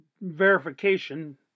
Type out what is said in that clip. verification